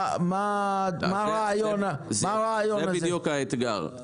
זה בדיוק האתגר.